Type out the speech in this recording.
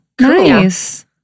nice